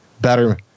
Better